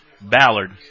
Ballard